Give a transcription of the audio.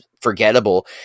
forgettable